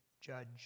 judge